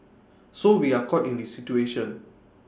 so we are caught in this situation